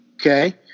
Okay